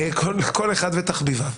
כל אחד ותחביביו.